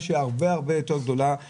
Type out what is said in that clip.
גדולה מ-100%.